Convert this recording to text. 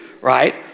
Right